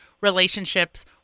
relationships